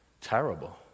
terrible